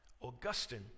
Augustine